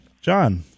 John